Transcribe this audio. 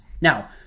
Now